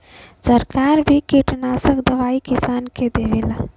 सरकार भी किटनासक दवाई किसान के देवलन